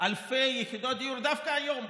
אלפי יחידות דיור דווקא היום,